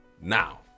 Now